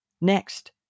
Next